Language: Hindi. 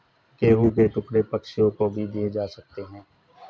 गेहूं के टुकड़े पक्षियों को भी दिए जा सकते हैं